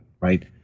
right